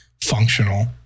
functional